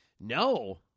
No